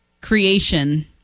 creation